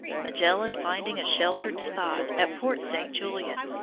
magellan finding a sheltered spot at port st. julian,